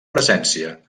presència